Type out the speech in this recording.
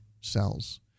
cells